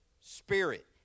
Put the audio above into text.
spirit